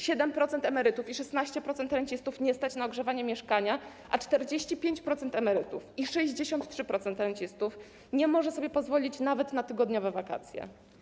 7% emerytów i 16% rencistów nie stać na ogrzewanie mieszkania, a 45% emerytów i 63% rencistów nie może sobie pozwolić nawet na tygodniowe wakacje.